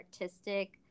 artistic